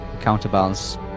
counterbalance